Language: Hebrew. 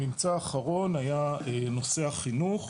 הממצא האחרון היה נושא החינוך.